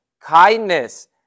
kindness